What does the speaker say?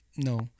No